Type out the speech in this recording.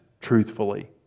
truthfully